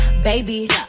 Baby